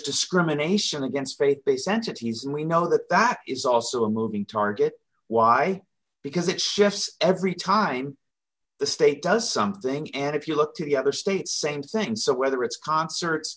discrimination against faith based entities and we know that that is also a moving target why because it shifts every time the state does something and if you look to the other states same thing so whether it's concerts